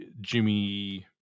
Jimmy